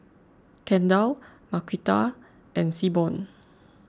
Kendall Marquita and Seaborn